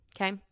Okay